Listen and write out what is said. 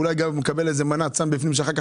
ואולי גם יקבל בפנים איזו מנת סם שאחר כך